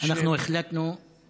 אנחנו החלטנו שלא להיות.